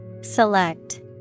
Select